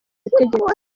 butegetsi